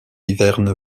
hiverne